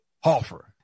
Hoffer